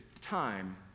time